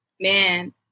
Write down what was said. Man